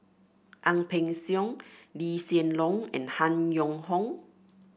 Ang Peng Siong Lee Hsien Loong and Han Yong Hong